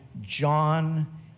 John